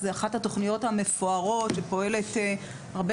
זו אחת התוכניות המפוארות שפועלת הרבה